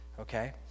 Okay